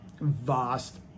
vast